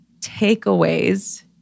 takeaways